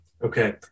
Okay